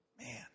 Man